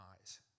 eyes